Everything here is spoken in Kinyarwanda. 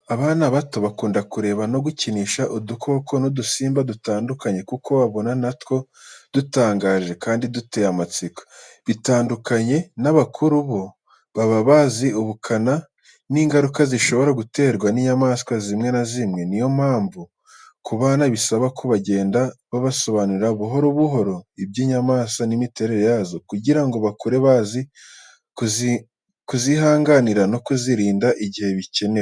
Abana bato bakunda kureba no gukinisha udukoko n’udusimba dutandukanye kuko babona natwo dutangaje kandi duteye amatsiko. Bitandukanye n’abakuru, bo baba bazi ubukana n’ingaruka zishobora guterwa n’inyamaswa zimwe na zimwe. Ni yo mpamvu ku bana, bisaba ko bagenda basobanurirwa buhoro buhoro iby’inyamaswa n’imiterere yazo, kugira ngo bakure bazi kuzihanganira no kuzirinda igihe bikenewe.